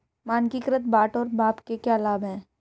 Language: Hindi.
मानकीकृत बाट और माप के क्या लाभ हैं?